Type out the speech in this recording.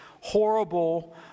horrible